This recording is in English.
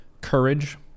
courage